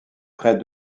près